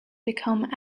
become